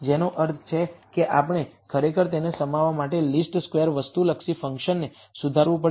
જેનો અર્થ છે કે આપણે ખરેખર તેને સમાવવા માટે લિસ્ટ સ્કવેર્સ વસ્તુલક્ષી ફંકશનને સુધારવું પડશે